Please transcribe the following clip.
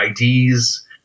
IDs